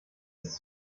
ist